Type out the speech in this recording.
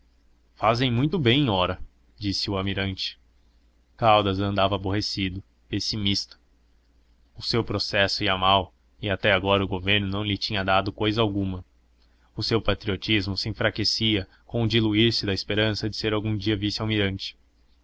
fazem muito bem ora disse o almirante caldas andava aborrecido pessimista o seu processo ia mal e até agora o governo não lhe tinha dado cousa alguma o seu patriotismo se enfraquecia com o diluir se da esperança de ser algum dia